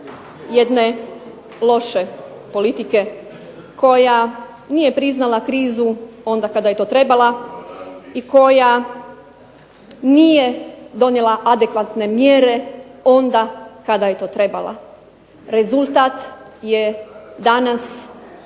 jedne loše politike koja nije priznala krizu onda kada je to trebala i koja nije donijela adekvatne mjere onda kada je to trebala. Rezultat je danas